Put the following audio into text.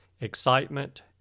excitement